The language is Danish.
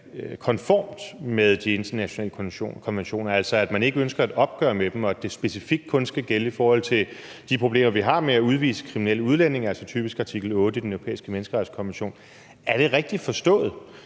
konformt med de internationale konventioner, altså at man ikke ønsker et opgør med dem, og at det specifikt kun skal gælde i forhold til de problemer, vi har med at udvise kriminelle udlændinge, altså typisk artikel 8 i Den Europæiske Menneskerettighedskonvention. Er det rigtigt forstået?